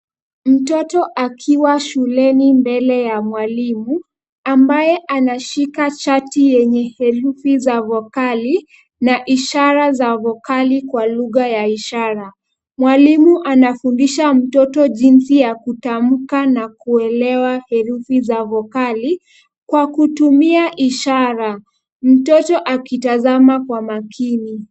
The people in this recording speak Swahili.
Mtoto akiwa shuleni mbele ya mwalimua ambaye anashika chati ya herufi za vokali na ishara za vokali kwa lugha ya ishara. Mwalimu anafundisha mtoto jinsi ya kutamka na kuelewa herufi za vokali kwa kutumia ishara. Mtoto akitazama kwa makini.